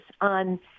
on